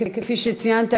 כפי שציינת,